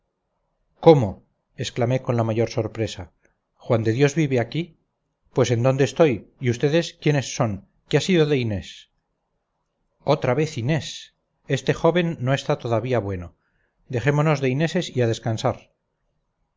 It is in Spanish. cómo exclamé con la mayor sorpresa juan de dios vive aquí pues en dónde estoy y ustedes quiénes son qué ha sido de inés otra vez inés este joven no está todavía bueno dejémonos de ineses y a descansar